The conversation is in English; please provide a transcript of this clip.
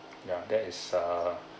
ya there is a